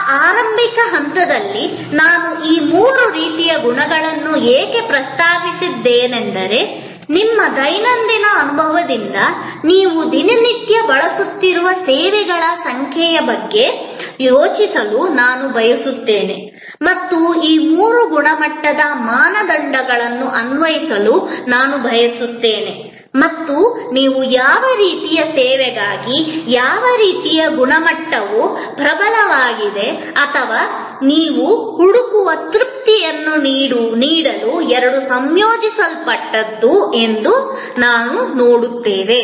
ಈ ಆರಂಭಿಕ ಹಂತದಲ್ಲಿ ನಾನು ಈ ಮೂರು ರೀತಿಯ ಗುಣಗಳನ್ನು ಏಕೆ ಪ್ರಸ್ತಾಪಿಸುತ್ತಿದ್ದೇನೆಂದರೆ ನಿಮ್ಮ ದೈನಂದಿನ ಅನುಭವದಿಂದ ನೀವು ದಿನನಿತ್ಯ ಬಳಸುತ್ತಿರುವ ಸೇವೆಗಳ ಸಂಖ್ಯೆಯ ಬಗ್ಗೆ ಯೋಚಿಸಲು ನಾನು ಬಯಸುತ್ತೇನೆ ಮತ್ತು ಈ ಮೂರು ಗುಣಮಟ್ಟದ ಮಾನದಂಡಗಳನ್ನು ಅನ್ವಯಿಸಲು ನಾನು ಬಯಸುತ್ತೇನೆ ಮತ್ತು ನೀವು ಯಾವ ರೀತಿಯ ಸೇವೆಗಾಗಿ ಯಾವ ರೀತಿಯ ಗುಣಮಟ್ಟವು ಪ್ರಬಲವಾಗಿದೆ ಅಥವಾ ನೀವು ಹುಡುಕುವ ತೃಪ್ತಿಯನ್ನು ನೀಡಲು ಎರಡು ಸಂಯೋಜಿಸಲ್ಪಟ್ಟಿದೆ ಎಂದು ಅದು ನೋಡುತ್ತದೆ